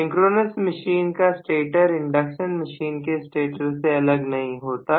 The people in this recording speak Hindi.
सिंक्रोनस मशीन का स्टेटर इंडक्शन मशीन के स्टेटर से अलग नहीं होता